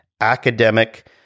academic